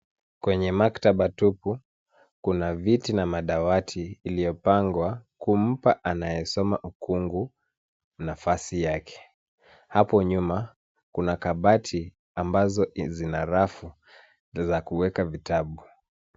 Kwenye maktaba tupu kuna viti na madawati iliyopangwa kumpaa anayesoma ukungu nafasi yake. Hapo nyuma kuna kabati ambazo zina rafu za kuweka vitabu.